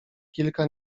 kilka